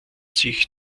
sich